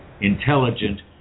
intelligent